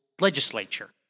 legislature